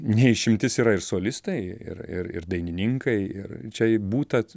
ne išimtis yra ir solistai ir ir dainininkai ir čia būta